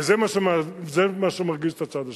וזה מה שמרגיז את הצד השני.